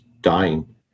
dying